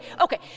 okay